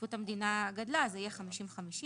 כשהשתתפות המדינה גדלה זה יהיה 50-50,